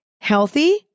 healthy